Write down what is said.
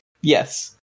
Yes